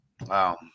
Wow